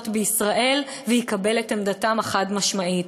בישראל ויקבל את עמדתם החד-משמעית.